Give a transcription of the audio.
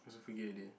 I also forget already